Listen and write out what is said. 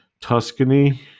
Tuscany